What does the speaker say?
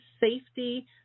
safety